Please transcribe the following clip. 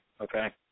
okay